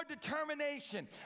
determination